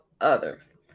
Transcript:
others